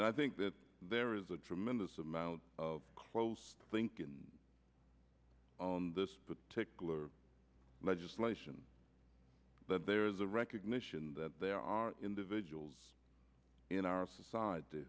and i think that there is a tremendous amount of close thinking on this particular legislation but there is a recognition that there are individuals in our society